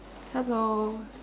hello